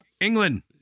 England